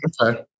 Okay